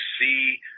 see